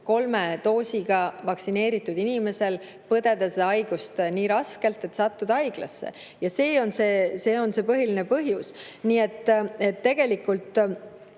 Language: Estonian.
kolme doosiga vaktsineeritud inimesel põdeda seda haigust nii raskelt, et satud haiglasse. See on see põhiline põhjus. Tegelikult